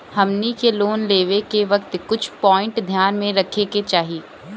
हमनी के लोन लेवे के वक्त कुछ प्वाइंट ध्यान में रखे के चाही